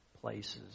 places